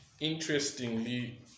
Interestingly